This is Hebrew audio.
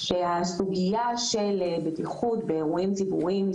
שהסוגיה של בטיחות באירועים ציבוריים היא